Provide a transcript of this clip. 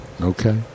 Okay